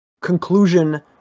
conclusion